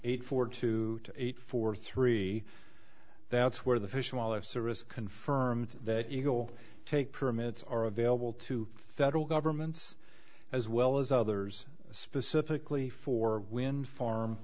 eight four two eight four three that's where the fish and wildlife service confirmed that you'll take permits are available to federal governments as well as others specifically for wind farm